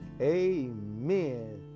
Amen